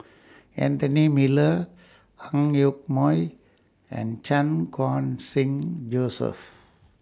Anthony Miller Ang Yoke Mooi and Chan Khun Sing Joseph